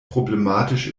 problematisch